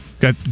got